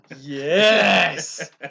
Yes